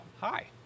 Hi